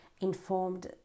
informed